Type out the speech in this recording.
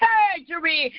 Surgery